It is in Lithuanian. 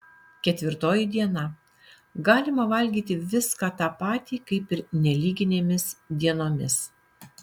ketvirtoji diena galima valgyti viską tą patį kaip ir nelyginėmis dienomis